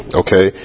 okay